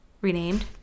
renamed